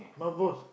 my boss